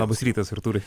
labas rytas artūrai